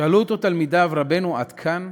שאלו אותו תלמידיו: רבנו, עד כאן?